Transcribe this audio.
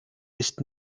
ist